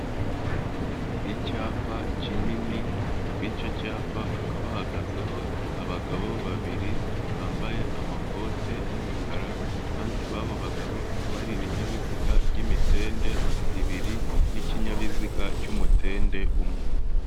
Icyapa kinini kw'icyo cyapa hakaba hahagazeho abagabo babiri bambaye amakote y'imikara, iruhande rw'abo bagabo hakaba hari ibinyabiziga by'imitende ibiri n'ikinyabiziga cy'umutende umwe.